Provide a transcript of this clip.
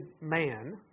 man